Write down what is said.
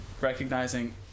recognizing